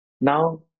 Now